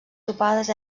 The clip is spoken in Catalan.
topades